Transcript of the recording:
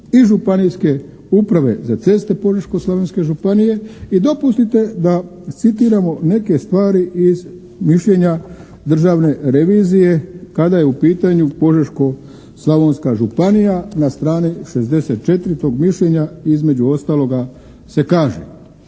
i županijske uprave za ceste Požeško-slavonske županije i dopustite da citiramo neke stvari iz mišljenja državne revizije kada je u pitanju Požeško-slavonska županija. Na strani 64. tog mišljenja između ostaloga se kaže: